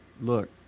look